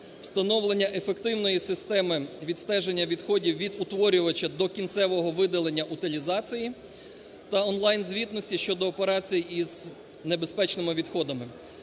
встановлення ефективної системи відстеження відходів від утворювача до кінцевого видалення утилізації та онлайн-звітності щодо операцій із небезпечними відходами.